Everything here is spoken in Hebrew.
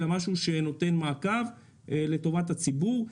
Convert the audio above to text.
אלא כמעקב לטובת הציבור,